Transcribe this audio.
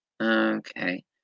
Okay